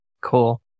cool